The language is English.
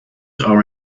are